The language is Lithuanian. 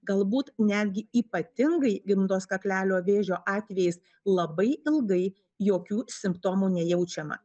galbūt netgi ypatingai gimdos kaklelio vėžio atvejais labai ilgai jokių simptomų nejaučiama